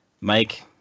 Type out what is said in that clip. Mike